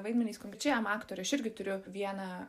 vaidmenys konkrečiam aktoriui aš irgi turiu vieną